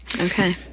okay